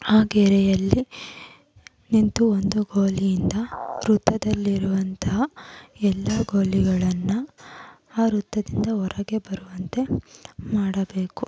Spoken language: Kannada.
ಆ ಗೆರೆಯಲ್ಲಿ ನಿಂತು ಒಂದು ಗೋಲಿಯಿಂದ ವೃತ್ತದಲ್ಲಿರುವಂತಹ ಎಲ್ಲ ಗೋಲಿಗಳನ್ನು ಆ ವೃತ್ತದಿಂದ ಹೊರಗೆ ಬರುವಂತೆ ಮಾಡಬೇಕು